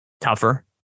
tougher